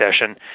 session